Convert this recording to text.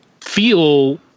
feel